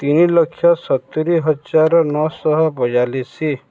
ତିନିଲକ୍ଷ ସତୁରୀ ହଜାର ନଅଶହ ବୟାଳିଶି